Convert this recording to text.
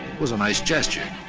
was a nice gesture.